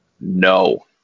No